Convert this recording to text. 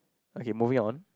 okay moving on